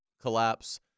collapse